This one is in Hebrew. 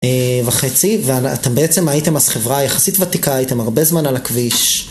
וחצי, ואתם בעצם הייתם אז חברה יחסית ותיקה, הייתם הרבה זמן על הכביש.